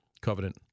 covenant